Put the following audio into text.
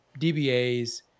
DBAs